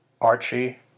Archie